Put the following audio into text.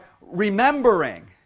remembering